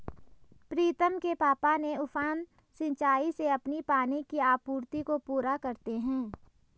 प्रीतम के पापा ने उफान सिंचाई से अपनी पानी की आपूर्ति को पूरा करते हैं